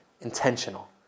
intentional